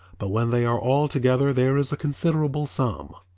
but when they are all together there is a considerable sum.